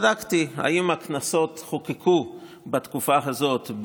בדקתי אם הכנסות חוקקו בתקופה הזאת,